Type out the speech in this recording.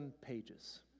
pages